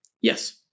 Yes